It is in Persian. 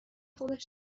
خودش